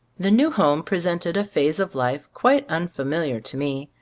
the new home presented a phase of life quite unfamiliar to me.